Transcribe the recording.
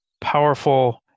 powerful